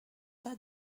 pas